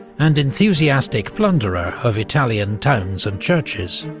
and enthusiastic plunderer of italian towns and churches.